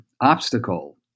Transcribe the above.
obstacle